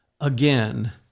again